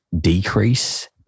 decrease